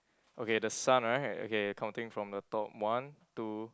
okay the sun right okay counting from the top one two